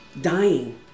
dying